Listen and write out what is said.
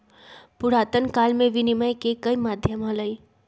पुरातन काल में विनियम के कई माध्यम हलय